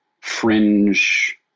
fringe